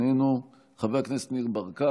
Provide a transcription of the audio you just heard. איננו, חבר הכנסת ניר ברקת,